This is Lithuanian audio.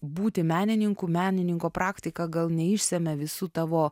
būti menininku menininko praktika gal neišsemia visų tavo